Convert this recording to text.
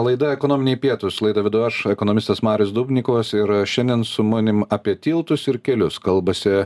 laida ekonominiai pietūs laidą vedu aš ekonomistas marius dubnikovas ir šiandien su manim apie tiltus ir kelius kalbasi